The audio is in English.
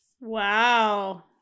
Wow